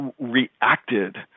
reacted